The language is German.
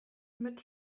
mit